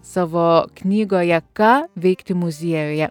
savo knygoje ką veikti muziejuje